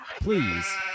Please